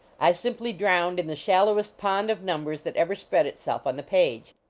i simply drowned in the shallowest pond of numbers that ever spread itself on the page.